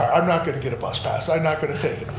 i'm not going to get a bus pass. i'm not going to take